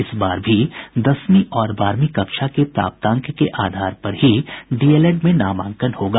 इस बार भी दसवीं और बारहवीं कक्षा के प्राप्तांक के आधार पर ही डीएलएड में नामांकन होगा